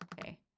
Okay